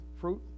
fruit